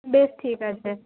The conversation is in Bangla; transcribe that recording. বেশ ঠিক আছে